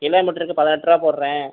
கிலோமீட்டருக்கு பதினெட்டு ரூபாய் போடுகிறேன்